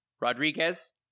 Rodriguez